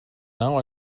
now